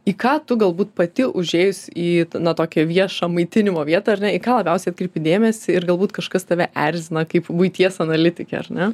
į ką tu galbūt pati užėjus į na tokią viešą maitinimo vietą ar ne į ką labiausiai atkreipi dėmesį ir galbūt kažkas tave erzina kaip buities analitikę ar ne